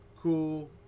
Cool